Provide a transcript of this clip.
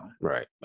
right